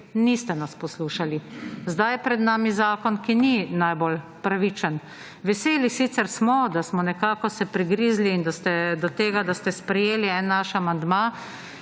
Niste nas poslušali. Zdaj je pred nami zakon, ki ni najbolj pravičen. Veseli sicer smo, da smo nekako se pregrizli, in da ste do tega, da ste sprejeli en naš amandma,